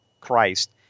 Christ